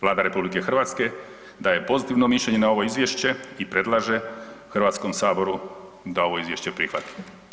Vlada RH daje pozitivno mišljenje na ovo izvješće i predlaže Hrvatskom saboru da ovo izvješće prihvati.